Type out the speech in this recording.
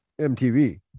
MTV